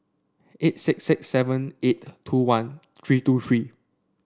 eight six six seven eight two one three two three